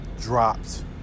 dropped